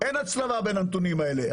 אין הצלבה בין הנתונים האלה.